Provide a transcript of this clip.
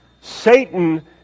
Satan